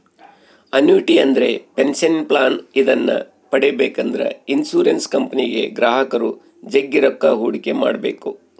annuity ಅಂದ್ರೆ pension plan ಇದನ್ನ ಪಡೆಬೇಕೆಂದ್ರ ಇನ್ಶುರೆನ್ಸ್ ಕಂಪನಿಗೆ ಗ್ರಾಹಕರು ಜಗ್ಗಿ ರೊಕ್ಕ ಹೂಡಿಕೆ ಮಾಡ್ಬೇಕು